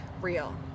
Real